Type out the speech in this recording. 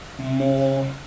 more